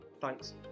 thanks